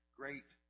great